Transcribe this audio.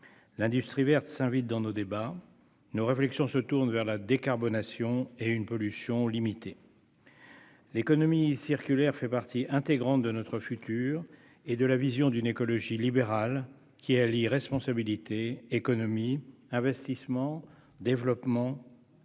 L'industrie verte s'invite dans nos débats. Nos réflexions se tournent vers la décarbonation et une pollution limitée. L'économie circulaire fait partie intégrante de notre futur et de la vision d'une écologie libérale qui allie responsabilité, économie, investissements, développement et